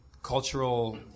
cultural